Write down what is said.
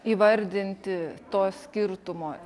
įvardinti to skirtumo